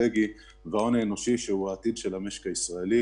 ההון האנושי והעתיד של המשק הישראלי